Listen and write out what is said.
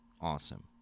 Awesome